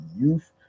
youth